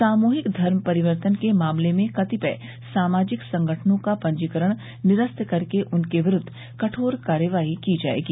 सामूहिक धर्म परिवर्तन के मामले में कतिपय सामाजिक संगठनों का पंजीकरण निरस्त करके उनके विरुद्ध कठोर कार्यवाही की जायेगी